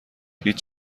هیچ